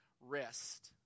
rest